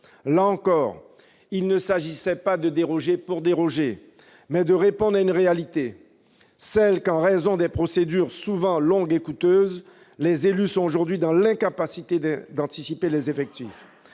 Là encore, il ne s'agissait pas de déroger pour déroger, mais de répondre à une réalité : en raison de procédures souvent longues et coûteuses, les élus sont aujourd'hui dans l'incapacité d'anticiper les effectifs.